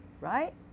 right